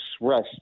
rest